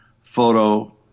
Photo